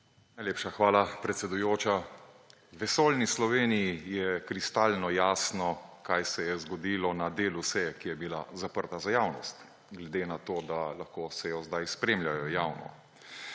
LMŠ): Hvala, predsedujoča. Vesoljni Sloveniji je kristalno jasno, kaj se je zgodilo na delu seje, ki je bila zaprta za javnost, glede na to, da lahko sejo zdaj spremljajo javno.